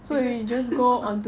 所以 just